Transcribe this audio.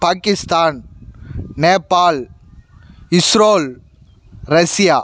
Pakistan Nepal Israel Russia